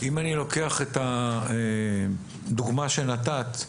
אם אני לוקח את הדוגמה שנתת,